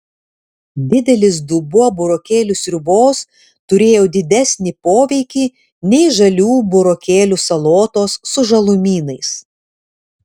didelis dubuo burokėlių sriubos turėjo didesnį poveikį nei žalių burokėlių salotos su žalumynais